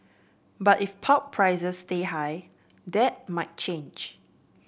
but if pulp prices stay high that might change